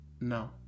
No